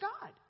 God